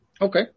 Okay